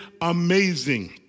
amazing